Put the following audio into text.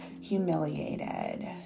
humiliated